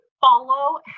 follow